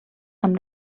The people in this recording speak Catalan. amb